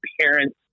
parents